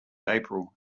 april